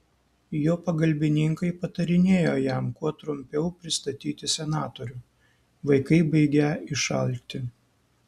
jo pagalbininkai patarinėjo jam kuo trumpiau pristatyti senatorių vaikai baigią išalkti